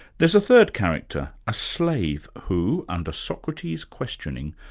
there's a third character, a slave who, under socrates' questioning,